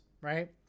right